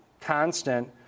constant